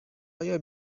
آیا